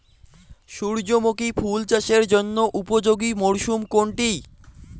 সূর্যমুখী ফুল চাষের জন্য উপযোগী মরসুম কোনটি?